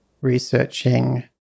researching